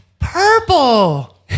purple